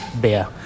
beer